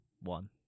one